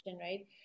Right